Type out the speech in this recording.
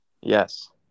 Yes